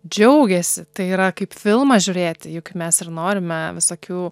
džiaugiasi tai yra kaip filmą žiūrėti juk mes ir norime visokių